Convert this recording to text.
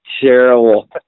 terrible